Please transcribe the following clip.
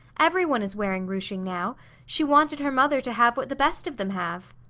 everyone is wearing ruching now she wanted her mother to have what the best of them have.